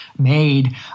made